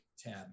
tab